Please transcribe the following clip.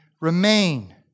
remain